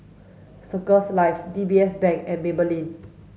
Circles Life D B S Bank and Maybelline